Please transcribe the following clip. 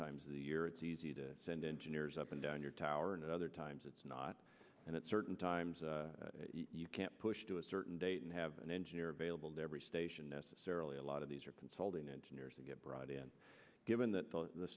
times of the year it's easy to send engineers up and down your tower and other times it's not and at certain times you can't push to a certain date and have an engineer available to every station necessarily a lot of these are consulting engineers to get brought in given that the